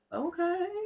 okay